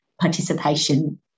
participation